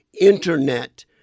Internet